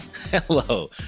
Hello